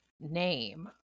name